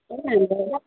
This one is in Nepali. ए हामी त